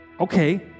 okay